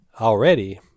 already